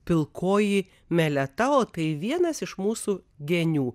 pilkoji meleta o tai vienas iš mūsų genių